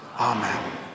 Amen